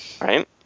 right